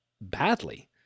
badly